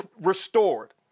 restored